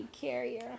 carrier